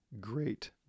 great